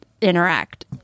interact